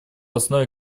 основе